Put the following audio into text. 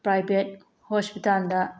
private ꯍꯣꯁꯄꯤꯇꯥꯜꯗ